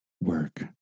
work